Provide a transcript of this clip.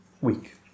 week